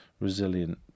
resilient